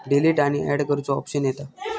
delete आणि and करुचो option येता